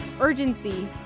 urgency